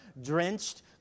drenched